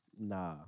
Nah